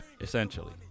essentially